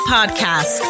Podcast